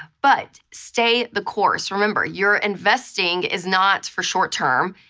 but stay the course. remember, your investing is not for short term.